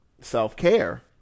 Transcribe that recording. self-care